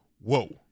Whoa